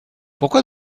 pourquoi